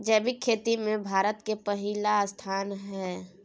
जैविक खेती में भारत के पहिला स्थान हय